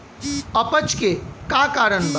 अपच के का कारण बा?